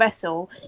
vessel